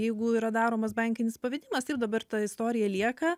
jeigu yra daromas bankinis pavedimas taip dabar ta istorija lieka